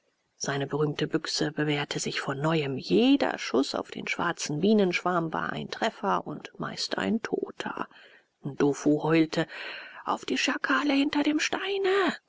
seine berühmte büchse bewährte sich von neuem jeder schuß auf den schwarzen bienenschwarm war ein treffer und meist ein toter ndofu heulte auf die schakale hinter dem steine